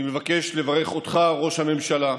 אני מבקש לברך אותך, ראש הממשלה,